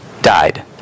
died